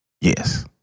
Yes